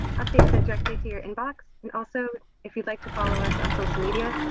updates sent directly to your inbox. and also if you'd like to follow us on social media,